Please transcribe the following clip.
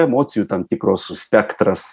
emocijų tam tikros spektras